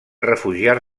refugiar